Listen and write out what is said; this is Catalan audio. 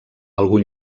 algun